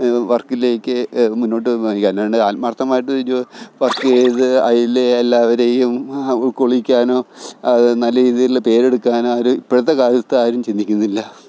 വര്ക്കിലേക്ക് മുന്നോട്ട് അല്ലാണ്ട് ആത്മാര്ത്ഥമായിട്ട് വര്ക്ക് ചെയ്ത് അതിൽ എല്ലാവരെയും ഉള്ക്കൊള്ളിക്കാനോ അത് നല്ല രീതിയിൽ പേരെടുക്കാൻ ആര് ഇപ്പഴ്ത്തെ കാലത്ത് ആരും ചിന്തിക്കുന്നില്ല